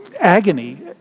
agony